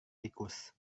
tikus